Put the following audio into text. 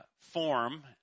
form